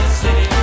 city